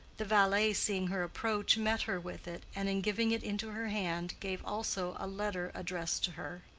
the valet, seeing her approach, met her with it, and in giving it into her hand gave also a letter addressed to her.